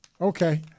Okay